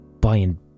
buying